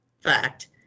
Fact